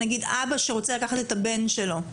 אבא שרוצה לקחת את הבן שלו?